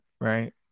Right